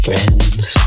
Friends